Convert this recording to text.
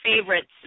favorites